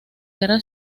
guerra